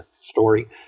story